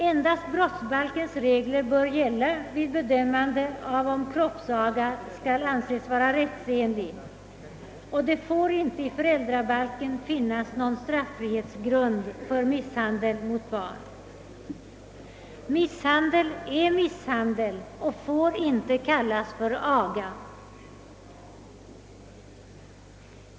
Endast brottsbalkens regler bör gälla vid bedömande av om kroppsaga skall anses rättsenlig, och det får inte i föräldrabalken finnas någon straffrihetsgrund för misshandel mot barn. Misshandel är misshandel och får inte kallas för aga.